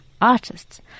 Artists